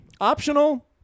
Optional